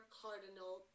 cardinal